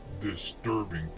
disturbing